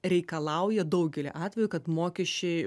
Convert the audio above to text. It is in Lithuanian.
reikalauja daugelį atvejų kad mokesčiai